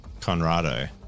Conrado